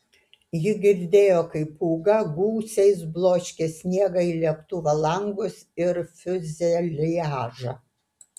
ji girdėjo kaip pūga gūsiais bloškė sniegą į lėktuvo langus ir fiuzeliažą